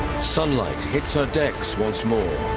sunlight hits her decks once more